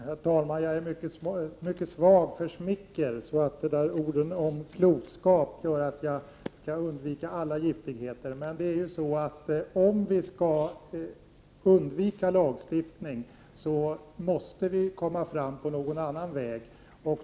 Herr talman! Jag är mycket svag för smicker, och de ord som Göran Persson sade om klokskap gör att jag skall undvika alla giftigheter. Men om vi skall undvika lagstiftning måste vi komma fram på någon annan väg.